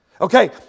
Okay